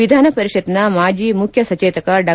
ವಿಧಾನ ಪರಿಷತ್ನ ಮಾಜಿ ಮುಖ್ಯಸಚೇತಕ ಡಾ